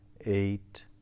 eight